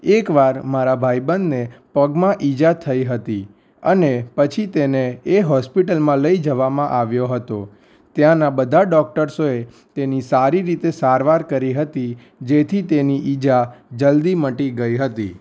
એકવાર મારા ભાઈબંધને પગમાં ઇજા થઈ હતી અને પછી તેને એ હોસ્પિટલમાં લઈ જવામાં આવ્યો હતો ત્યાંનાં બધા ડોકરસોએ તેની સારી રીતે સારવાર કરી હતી જેથી તેની ઇજા જલ્દી મટી ગઈ હતી